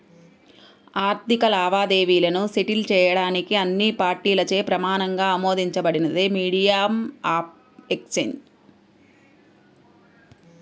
ఆర్థిక లావాదేవీలను సెటిల్ చేయడానికి అన్ని పార్టీలచే ప్రమాణంగా ఆమోదించబడినదే మీడియం ఆఫ్ ఎక్సేంజ్